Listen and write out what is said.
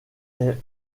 est